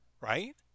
right